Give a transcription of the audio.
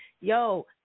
yo